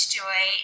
joy